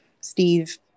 Steve